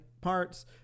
parts